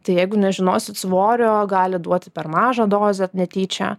tai jeigu nežinosit svorio gali duoti per mažą dozę netyčia